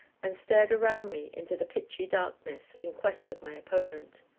and stared round me into the pitchy darkness, in quest of my opponent.